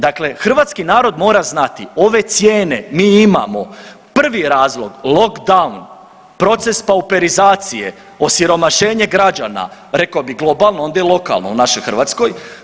Dakle, hrvatski narod mora znati ove cijene mi imamo, prvi razlog lockdown, proces pauperizacije, osiromašene građana rekao bih globalno, a onda i lokalno u našoj Hrvatskoj.